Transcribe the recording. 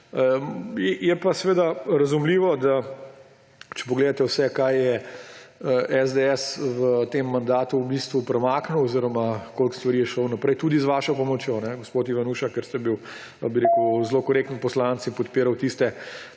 Je pa seveda razumljivo, če pogledate, kaj vse je SDS v tem mandatu premaknil oziroma koliko stvari je šlo naprej tudi z vašo pomočjo, gospod Ivanuša, ker ste bili zelo korekten poslanec in podpirali tiste